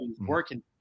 working